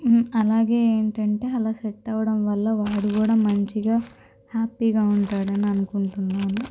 అలాగే ఏంటంటే అలా సెట్ అవ్వడం వల్ల వాడు కూడా మంచిగా హ్యాపీగా ఉంటాడు అని అనుకుంటున్నాను